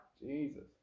jesus